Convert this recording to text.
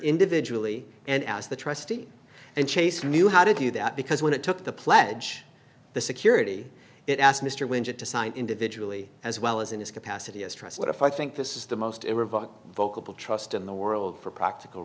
individually and as the trustee and chase knew how to do that because when it took the pledge the security it asked mr winship to sign individually as well as in his capacity as trust that if i think this is the most vocal trust in the world for practical